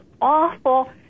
awful